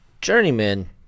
Journeyman